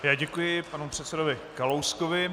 Já děkuji panu předsedovi Kalouskovi.